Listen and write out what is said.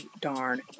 darn